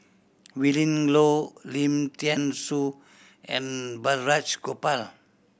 Willin Low Lim Thean Soo and Balraj Gopal